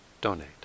donate